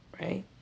Right